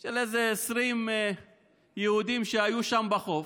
של איזה 20 יהודים שהיו שם בחוף,